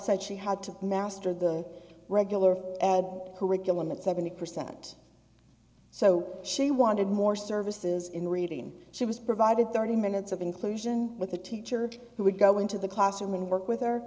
said she had to master the regular curriculum at seventy percent so she wanted more services in the reading she was provided thirty minutes of inclusion with the teacher who would go into the classroom and work with her